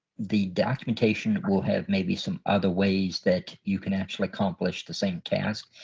the documentation will have maybe some other ways that you can actually accomplish the same task.